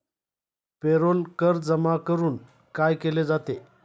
Payroll कर जमा करून काय केले जाते?